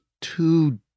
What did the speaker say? two